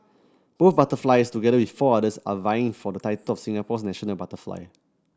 both butterflies together with four others are vying for the title of Singapore's national butterfly